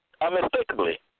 unmistakably